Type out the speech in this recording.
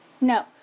No